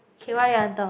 K what you want talk